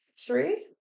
Three